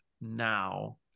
now